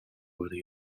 worden